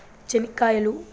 చెనిక్కాయలు